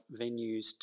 venues